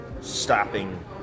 stopping